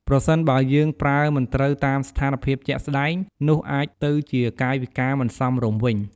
ប្រសិនបើយើងប្រើមិនត្រូវតាមស្ថានភាពជាក់ស្តែង នោះអាចទៅជាកាយវិការមិនសមរម្យវិញ ។